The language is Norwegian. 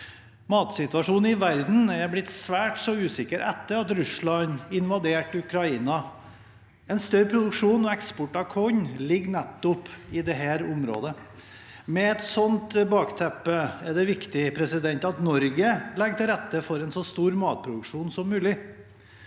Matsituasjonen i verden er blitt svært så usikker etter at Russland invaderte Ukraina. En større produksjon og eksport av korn ligger nettopp i dette området. Med et slikt bakteppe er det viktig at Norge legger til rette for en så stor matproduksjon som mulig.